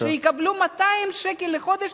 שיקבלו 200 שקל לחודש.